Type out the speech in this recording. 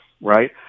right